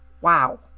Wow